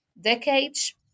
decades